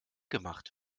gemacht